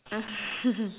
mm